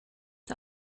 der